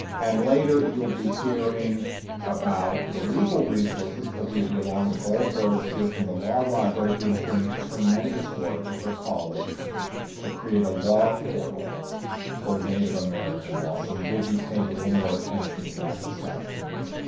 and later, you'll be hearing about the legal resources because we have yolanda goldberg here from the law library who is doing tremendous work with her colleagues to create a law portal for native american law, so we'll be paying a little bit more attention to that this afternoon.